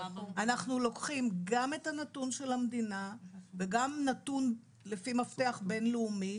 אנחנו לוקחים גם את הנתון של המדינה וגם נתון לפי מפתח בין-לאומי,